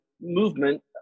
movement